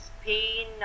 Spain